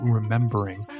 remembering